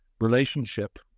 relationship